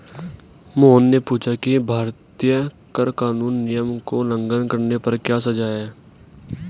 मोहन ने पूछा कि भारतीय कर कानून नियम का उल्लंघन करने पर क्या सजा है?